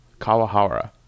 Kawahara